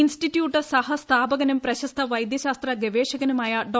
institute സഹസ്ഥാപകനും പ്രശസ്ത വൈദൃശാസ്ത്ര ഗവേഷകനുമായ ഡോ